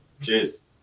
Cheers